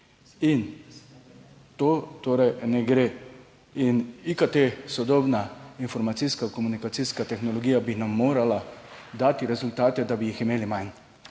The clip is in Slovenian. in to torej ne gre. In IKT sodobna informacijska komunikacijska tehnologija, bi nam morala dati rezultate, da bi jih imeli manj,